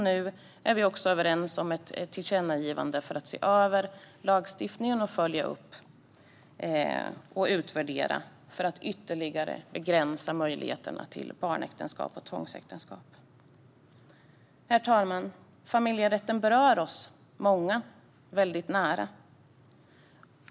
Nu är vi också överens om ett tillkännagivande om att se över lagstiftningen och följa upp och utvärdera för att ytterligare begränsa möjligheten till barnäktenskap och tvångsäktenskap. Herr talman! Familjerätten berör många väldigt nära.